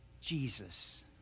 Jesus